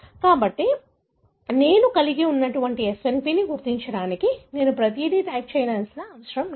కాబట్టి నేను కలిగి ఉన్న SNP ని గుర్తించడానికి నేను ప్రతిదీ టైప్ చేయనవసరం లేదు